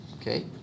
okay